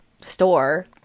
store